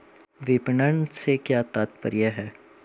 विपणन से क्या तात्पर्य है?